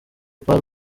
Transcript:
part